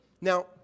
Now